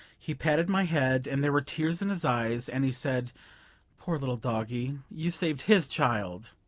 he patted my head, and there were tears in his eyes, and he said poor little doggie, you saved his child!